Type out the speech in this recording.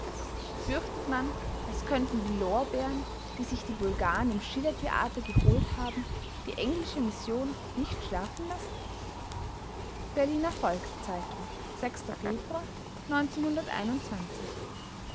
fürchtet man es könnten die lorbeeren die sich die bulgaren im schiller-theater geholt haben die englische mission nicht schlafen lassen berliner volks-zeitung februar